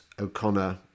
O'Connor